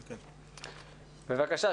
בבקשה.